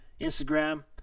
Instagram